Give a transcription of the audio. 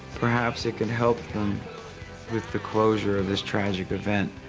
perhaps it could help them with the closure of this tragic event.